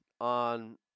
on